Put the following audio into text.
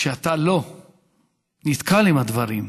כשאתה לא נתקל בדברים,